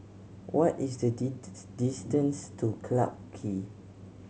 what is the distance to Clarke Quay